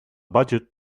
budget